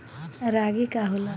रागी का होला?